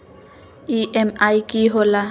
EMI की होला?